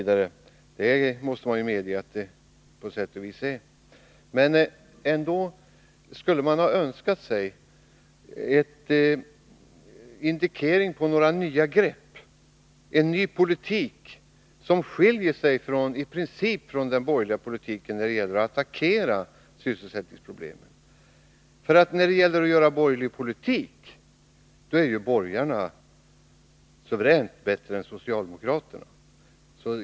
Det måste jag medge, men jag skulle ändå ha önskat en indikering på några nya grepp, en ny politik, som skiljer sig i princip från den borgerliga politiken vad avser att attackera sysselsättningsproblemen. När det gäller att föra borgerlig politik är ju borgarna suveränt mycket bättre än socialdemokraterna!